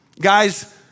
guys